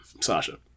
Sasha